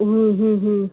હમ હમ હમ